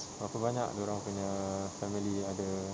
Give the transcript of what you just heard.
berapa banyak dia orang punya family ada